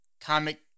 comic